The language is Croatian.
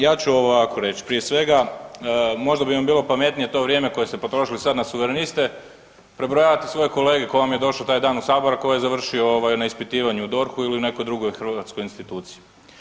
Ja ću ovako reć, prije svega možda bi vam bilo pametnije to vrijeme koje ste potrošili sad na suvereniste prebrojati svoje kolege ko vam je došao taj dan u sabor, a ko je završio ovaj na ispitivanju u DORH-u ili nekoj drugoj hrvatskoj instituciji.